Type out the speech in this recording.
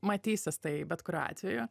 matysis tai bet kuriuo atveju